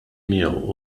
miegħu